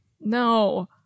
No